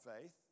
faith